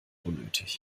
unnötig